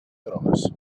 grogues